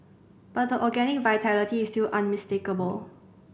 but the organic vitality is still unmistakable